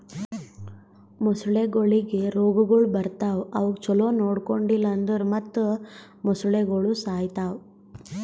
ಮೊಸಳೆಗೊಳಿಗ್ ರೋಗಗೊಳ್ ಬರ್ತಾವ್ ಅವುಕ್ ಛಲೋ ನೊಡ್ಕೊಂಡಿಲ್ ಅಂದುರ್ ಮತ್ತ್ ಮೊಸಳೆಗೋಳು ಸಾಯಿತಾವ್